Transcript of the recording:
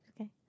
okay